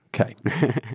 Okay